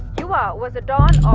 yuva was a don